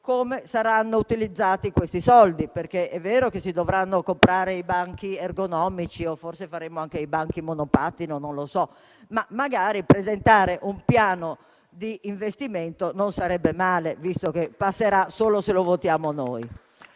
come saranno utilizzati questi soldi, perché è vero che si dovranno comprare i banchi ergonomici - o forse faremo anche i banchi monopattino, non lo so - ma magari non sarebbe male presentare un piano d'investimento, visto che passerà solo se lo votiamo noi